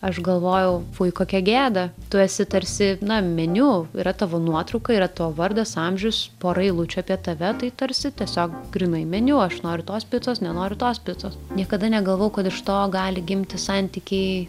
aš galvojau fui kokia gėda tu esi tarsi na meniu yra tavo nuotrauka yra tavo vardas amžius pora eilučių apie tave tai tarsi tiesiog grynai meniu aš noriu tos picos nenoriu tos picos niekada negalvojau kad iš to gali gimti santykiai